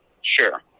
Sure